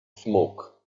smoke